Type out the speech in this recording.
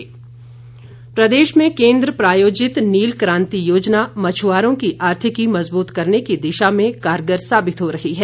वीरेंद्र कंवर प्रदेश में केंद्र प्रायोजित नील क्रांति योजना मछुआरों की आर्थिकी मजबूत करने की दिशा में कारगर साबित हो रही है